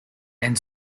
and